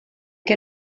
que